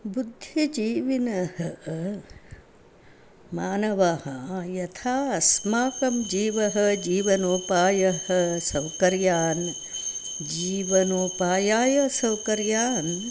बुद्धजीविनः मानवः यथा अस्माकं जीवः जीवनोपायः सौकर्यान् जीवनोपायाय सौकर्यान्